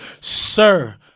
Sir